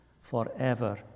forever